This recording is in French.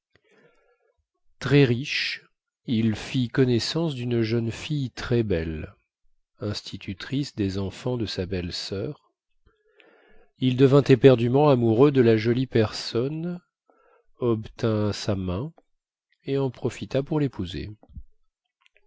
très riche il fit connaissance dune jeune fille très belle institutrice des enfants de sa belle-soeur il devint éperdument amoureux de la jolie personne obtint sa main et en profita pour lépouser